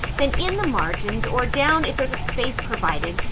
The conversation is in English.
then in the margins or down if there's a space provided,